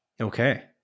Okay